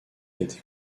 été